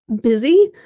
busy